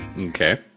okay